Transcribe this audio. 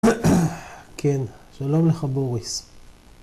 כן, שלום לך בוריס.